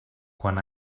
quan